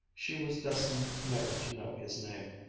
she was destined never to know his name.